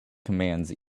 commands